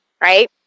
right